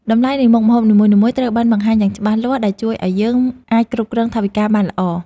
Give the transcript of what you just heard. តម្លៃនៃមុខម្ហូបនីមួយៗត្រូវបានបង្ហាញយ៉ាងច្បាស់លាស់ដែលជួយឱ្យយើងអាចគ្រប់គ្រងថវិកាបានល្អ។